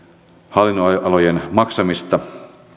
hallinnonalojen maksamista